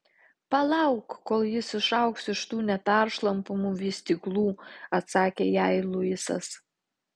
palauk kol jis išaugs iš tų neperšlampamų vystyklų atsakė jai luisas